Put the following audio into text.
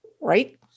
right